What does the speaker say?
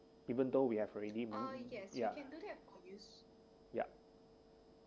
even though we have already ya ya